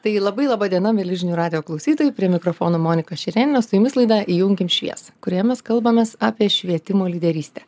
tai labai laba diena mieli žinių radijo klausytojai prie mikrofono monika šerėnienė su jumis laida įjunkim šviesą kurioje mes kalbamės apie švietimo lyderystę